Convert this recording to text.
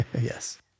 Yes